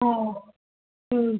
हा हूं